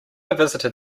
visited